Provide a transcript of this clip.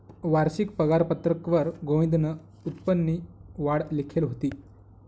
वारशिक पगारपत्रकवर गोविंदनं उत्पन्ननी वाढ लिखेल व्हती